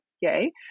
yay